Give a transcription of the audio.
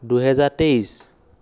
দুহেজাৰ তেইছ